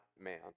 man